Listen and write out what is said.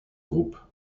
groupe